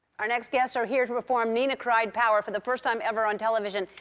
our next guests are here to perform nina cried power for the first time ever on television.